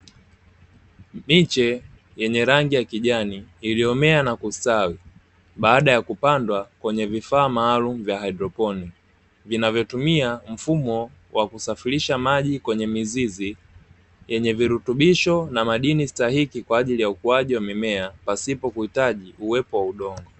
Miche yenye rangi ya kijani iliyomea na kustawi baada ya kupandwa kwenye vifaa maalumu vya haidroponi, vinavyotumia mfumo wa kusafirisha maji kwenye mizizi yenye virutubisho na madini stahiki kwa ajili ya ukuaji wa mimea pasipo kuhitaji uwepo wa udongo.